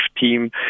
team